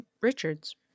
richard's